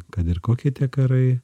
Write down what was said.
kad ir kokie tie karai